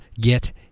get